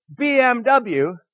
BMW